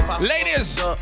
Ladies